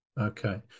okay